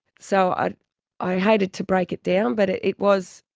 so ah i hated to break it down, but it it was